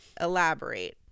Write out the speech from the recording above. Elaborate